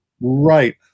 Right